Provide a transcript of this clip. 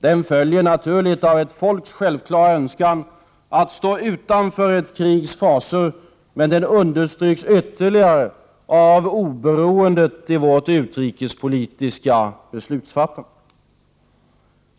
Den följer naturligt av ett folks självklara önskan att stå utanför ett krigs fasor. Men den understryks ytterligare av oberoendet i vårt utrikespolitiska beslutsfattande.